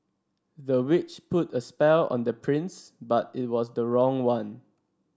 the witch put a spell on the prince but it was the wrong one